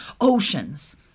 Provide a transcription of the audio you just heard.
oceans